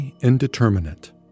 Indeterminate